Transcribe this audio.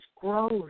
growth